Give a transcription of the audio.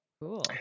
Cool